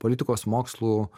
politikos mokslų